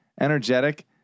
energetic